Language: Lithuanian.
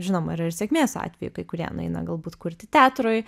žinoma yra ir sėkmės atvejų kai kurie nueina galbūt kurti teatrui